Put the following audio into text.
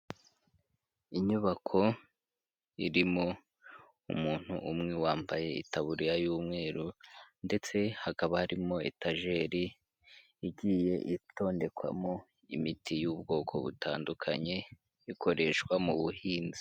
Inyubako irimo umuntu umwe wambaye itaburiya y'umweru ndetse hakaba harimo etajeri igiye itondekwamo imiti y'ubwoko butandukanye ikoreshwa mu buhinzi.